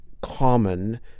common